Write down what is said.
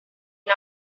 not